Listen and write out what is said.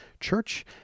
church